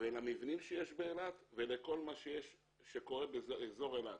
ולמבנים שיש באילת ולכל מה שקורה באזור אילת.